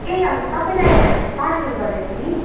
ए हजुर तपाईँलाई हामीले पार्सल गरिदिएको थियो नि